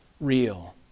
real